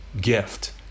gift